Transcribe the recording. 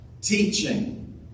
teaching